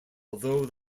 although